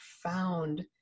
profound